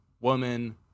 woman